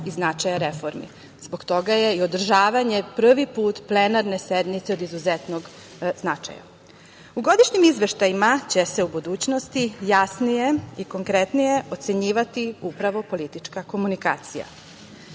i značaja reformi. Zbog toga je i održavanje prvi put plenarne sednice od izuzetnog značaja. U godišnjem izveštajima će se u budućnosti jasnije i konkretnije ocenjivati upravo politička komunikacija.